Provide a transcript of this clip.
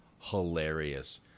hilarious